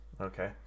Okay